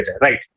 Right